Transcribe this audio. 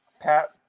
Pat